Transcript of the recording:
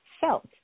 felt